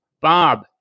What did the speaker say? Bob